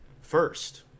first